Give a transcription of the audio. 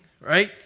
right